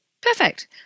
Perfect